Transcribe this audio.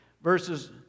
verses